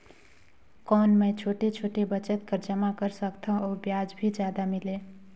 कौन मै छोटे छोटे बचत कर जमा कर सकथव अउ ब्याज भी जादा मिले?